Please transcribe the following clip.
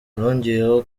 yongeyeho